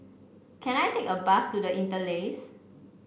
can I take a bus to The Interlace